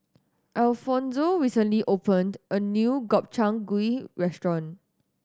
Alfonzo recently opened a new Gobchang Gui Restaurant